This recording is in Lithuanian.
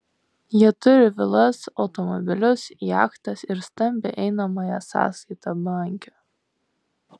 jie turi vilas automobilius jachtas ir stambią einamąją sąskaitą banke